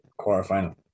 quarterfinal